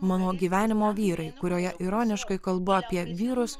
mano gyvenimo vyrai kurioje ironiškai kalba apie vyrus